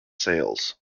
sales